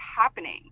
happening